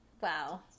Wow